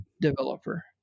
developer